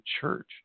church